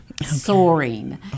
soaring